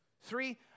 Three